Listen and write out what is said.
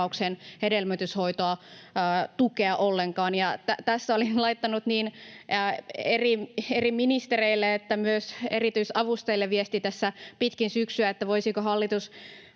Kela-korvauksen hedelmöityshoitotukea ollenkaan. Tästä olen laittanut sekä eri ministereille että myös erityisavustajille viestiä tässä pitkin syksyä, että voisiko hallitus